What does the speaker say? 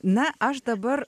na aš dabar